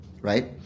right